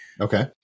Okay